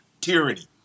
tyranny